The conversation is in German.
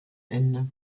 ende